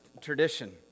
tradition